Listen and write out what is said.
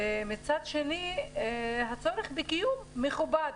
ומצד שני הצורך בקיום מכובד.